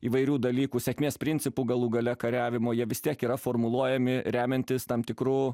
įvairių dalykų sėkmės principų galų gale kariavimo jie vis tiek yra formuluojami remiantis tam tikrų